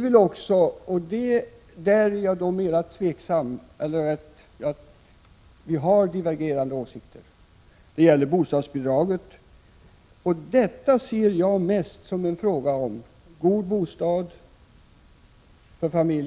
Vi har divergerande åsikter om bostadsbidraget. För mig är det viktigt att se till att familjerna har en god bostad och